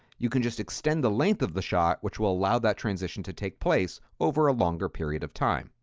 you can just extend the length of the shot which will allow that transition to take place over a longer period of time.